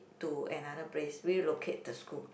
to another place relocate the school